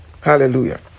Hallelujah